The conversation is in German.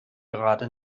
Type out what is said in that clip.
gerade